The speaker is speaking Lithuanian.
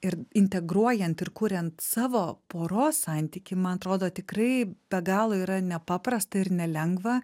ir integruojant ir kuriant savo poros santykį man atrodo tikrai be galo yra nepaprasta ir nelengva